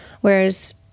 Whereas